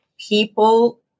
people